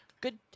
Good